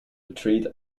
retreat